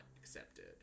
accepted